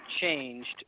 changed